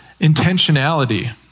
intentionality